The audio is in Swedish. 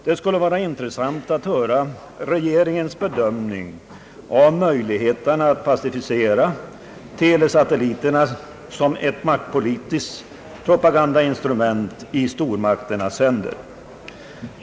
Det vore intressant att höra regeringens bedömning av möjligheterna att pacificera telesatelliterna som ett maktpolitiskt instrument i stormakternas händer.